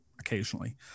occasionally